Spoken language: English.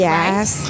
Yes